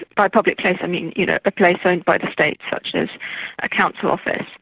by public place i mean you know a place owned by the state, such as a council office.